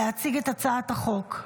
להציג את הצעת החוק.